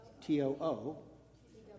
T-O-O